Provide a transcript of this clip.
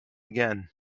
again